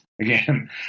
again